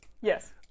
Yes